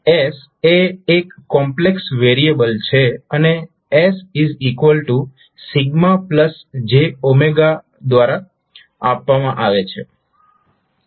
s એ એક complex variable છે અને s j દ્વારા આપવામાં આવે છે